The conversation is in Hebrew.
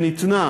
שניתנה